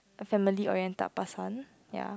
family oriented person one ya